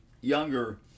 younger